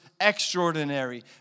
extraordinary